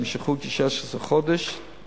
שיימשכו כ-16 חודשים,